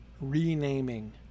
renaming